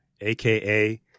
AKA